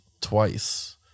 twice